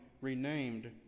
renamed